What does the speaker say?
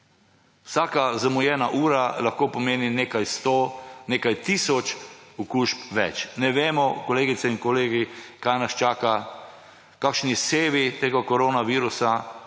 Vsaka zamujena ura lahko pomeni nekaj sto, nekaj tisoč okužb več. Ne vemo, kolegice in kolegi, kaj nas čaka, kakšni sevi tega koronavirusa